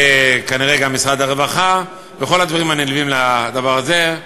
כנראה גם משרד הרווחה וכל הדברים הנלווים לדבר הזה.